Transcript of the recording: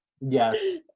Yes